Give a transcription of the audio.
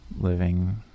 living